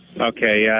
Okay